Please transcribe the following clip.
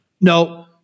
No